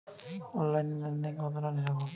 অনলাইনে লেন দেন কতটা নিরাপদ?